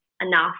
enough